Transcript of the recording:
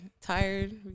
tired